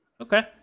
Okay